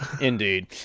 indeed